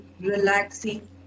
relaxing